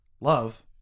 love